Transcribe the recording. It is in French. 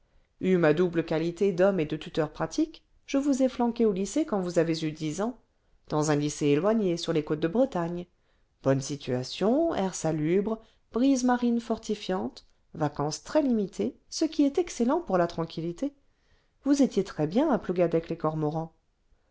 ma double qualité d'homme et de tuteur pratique je vous ai flanquée au lycée quand vous avez eu dix ans dans un lycée éloigné sur les côtes de bretagne bonne situation air salubre brises marines fortifiantes vacances très limitées ce qui est excellent pour la tranquillité vous étiez très bien à